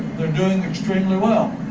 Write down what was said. they're doing extremely well